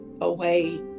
away